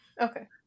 Okay